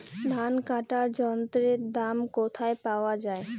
ধান কাটার যন্ত্রের দাম কোথায় পাওয়া যায়?